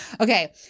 Okay